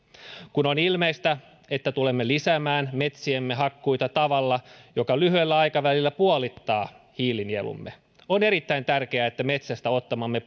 kun on ilmeistä että tulemme lisäämään metsiemme hakkuita tavalla joka lyhyellä aikavälillä puolittaa hiilinielumme on erittäin tärkeää että metsästä ottamamme